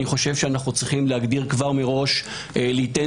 אני חושב שאנו צריכים להגדיר כבר מראש ליתן